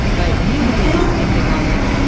but you may be skimping on, like,